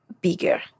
bigger